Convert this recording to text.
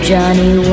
Johnny